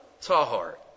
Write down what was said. Tahar